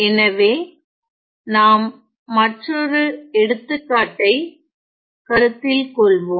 எனவே நாம் மற்றோரு எடுத்துக்காட்டை கருத்தில் கொள்வோம்